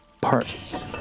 parts